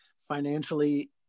financially